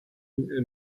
and